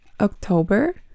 October